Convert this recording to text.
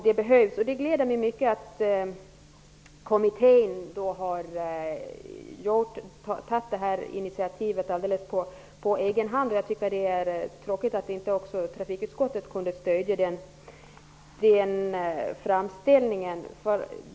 Det gläder mig mycket att kommittén alldeles på egen hand har tagit detta initiativ. Det är tråkigt att inte också trafikutskottet kunde stödja den framställningen.